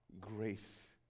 grace